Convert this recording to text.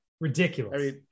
Ridiculous